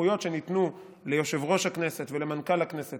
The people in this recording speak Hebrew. הסמכויות שניתנו ליושב-ראש הכנסת ולמנכ"ל הכנסת